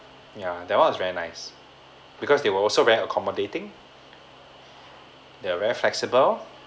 ya that one is very nice because they were also very accommodating they're very flexible